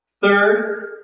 Third